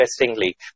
interestingly